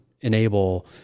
enable